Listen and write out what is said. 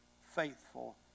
faithful